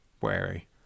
wary